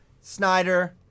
Snyder